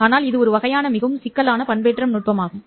ஆனால் அது ஒரு வகையான மிகவும் சிக்கலான பண்பேற்றம் நுட்பமாகும்